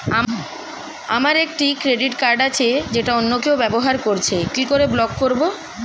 আমার একটি credit card আছে যেটা অন্য কেউ ব্যবহার করছে কি করে ব্লক করবো?